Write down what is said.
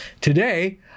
Today